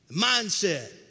Mindset